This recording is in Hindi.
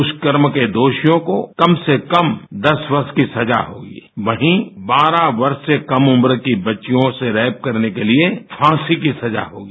दुष्कर्म के दोषियों को कम से कम दस वर्ष की सजा होगी वहीँ बारह वर्ष से कम उम्र की बच्चियों से रेप करने पर फाँसी की सजा होगी